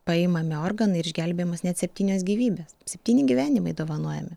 paimami organai ir išgelbėjamos net septynios gyvybės septyni gyvenimai dovanojami